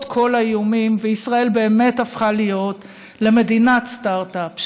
כל האיומים: ישראל באמת הפכה להיות מדינת סטרטאפ,